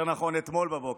או יותר נכון אתמול בבוקר.